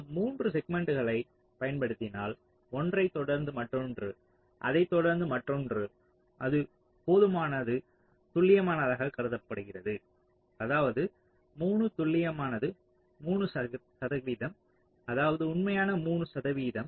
நாம் 3 செக்மென்ட்களைப் பயன்படுத்தினால் ஒன்றைத் தொடர்ந்து மற்றொன்று அதைத் தொடர்ந்து மற்றொன்று அது போதுமான துல்லியமானதாகக் கருதப்படுகிறது அதாவது 3 துல்லியமானது 3 சதவிகிதம் அதாவது உண்மையான 3 சதவிகிதம்